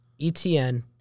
ETN